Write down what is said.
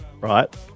right